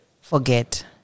Forget